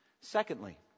Secondly